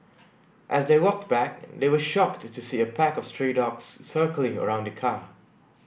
as they walked back they were shocked to see a pack of stray dogs circling around the car